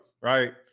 Right